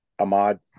Ahmad